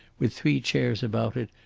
with three chairs about it,